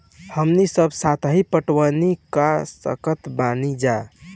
हमनी सब सतही पटवनी क सकतऽ बानी जा